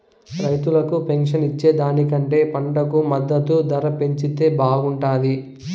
రైతులకు పెన్షన్ ఇచ్చే దానికంటే పంటకు మద్దతు ధర పెంచితే బాగుంటాది